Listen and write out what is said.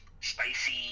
spicy